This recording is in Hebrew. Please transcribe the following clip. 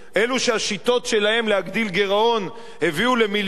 אלה שהשיטות שלהם להגדיל גירעון הביאו למיליוני